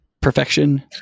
perfection